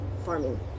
Farming